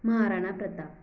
Maharana Pratap